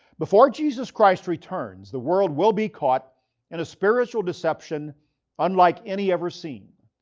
before jesus christ returns, the world will be caught in a spiritual deception unlike any ever seen.